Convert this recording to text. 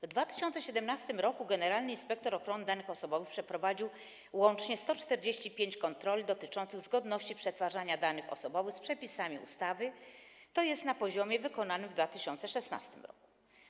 W 2017 r. generalny inspektor danych osobowych przeprowadził łącznie 145 kontroli dotyczących zgodności przetwarzania danych osobowych z przepisami ustawy, tj. na poziomie wykonanym w 2016 r.